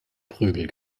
prügel